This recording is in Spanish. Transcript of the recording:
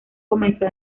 comenzó